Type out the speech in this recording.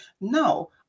No